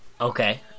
Okay